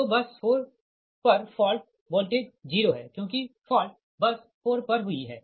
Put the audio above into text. तो बस 4 पर fault voltage zero है क्योंकि फॉल्ट बस 4 पर ही हुई है